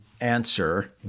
answer